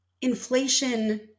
inflation